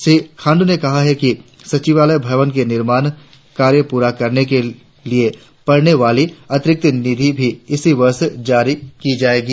श्री खाण्ड्र ने ये भी कहा कि सचिवालय भवन के निर्माण कार्य पूरा करने के लिए पड़ने वाली अतिरिक्त निधि भी इसी वर्ष जारी कि जाएगी